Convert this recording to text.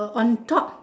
on top